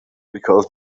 because